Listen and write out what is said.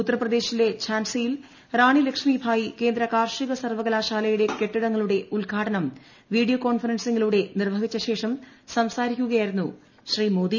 ഉത്തർ പ്രദേശിലെ ഝാൻസിയിൽ റാണി ലക്ഷ്മിഭായി കേന്ദ്ര കാർഷിക സർവ്വകലാശാലയുടെ കെട്ടിടങ്ങളുടെ ഉദ്ഘാടനം വീഡിയോ കോൺഫറൻസിങ്ങിലൂടെ നിർവഹിച്ചശേഷം സംസാരിക്കുകയാ യിരുന്നു ശ്രീ മോദി